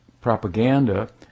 propaganda